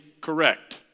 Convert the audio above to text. correct